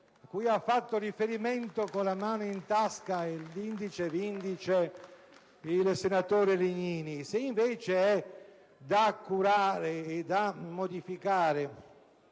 al quale ha fatto riferimento con la mano in tasca e l'indice vindice il senatore Legnini; se invece è da curare e da modificare